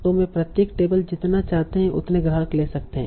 तो वे प्रत्येक टेबल जितना चाहते हैं उतने ग्राहक ले सकते हैं